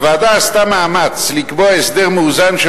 הוועדה עשתה מאמץ לקבוע הסדר מאוזן,